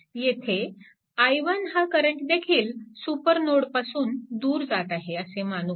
येथे i1हा करंटदेखील सुपरनोडपासून दूर जात आहे असे मानू